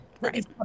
Right